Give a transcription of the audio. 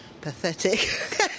Pathetic